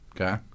Okay